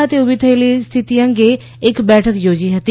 ખાતે ઊભી થયેલી સ્થિતિ અંગે એક બેઠક યોજી હતી